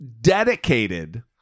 dedicated